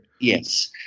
Yes